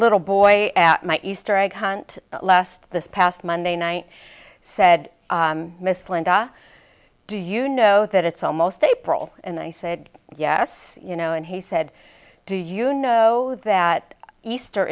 little boy at my easter egg hunt last this past monday night said miss linda do you know that it's almost april and they said yes you know and he said do you know that easter